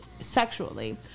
sexually